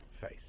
face